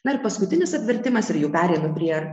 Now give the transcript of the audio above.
na ir paskutinis apvertimas ir jau pereina prie